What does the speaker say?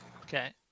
Okay